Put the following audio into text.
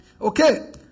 Okay